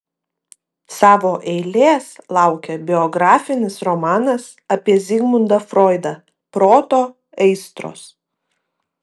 savo eilės laukia biografinis romanas apie zigmundą froidą proto aistros